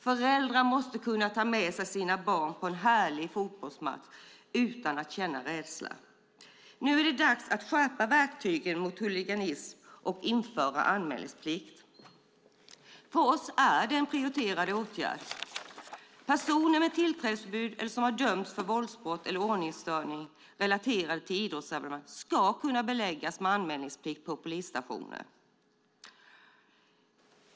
Föräldrar måste kunna ta med sina barn på en härlig fotbollsmatch utan att känna rädsla. Nu är det dags att skärpa verktygen mot huliganism och införa anmälningsplikt. För oss är det en prioriterad åtgärd. Personer med tillträdesförbud eller som har dömts för våldsbrott eller ordningsstörning relaterade till idrottsevenemang ska beläggas med anmälningsplikt på polisstationer.